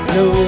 no